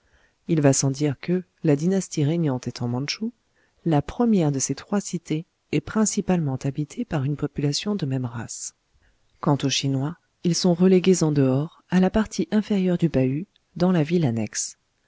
il va sans dire que la dynastie régnante étant mantchoue la première de ces trois cités est principalement habitée par une population de même race quant aux chinois ils sont relégués en dehors à la partie inférieure du bahut dans la ville annexe